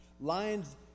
Lions